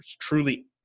truly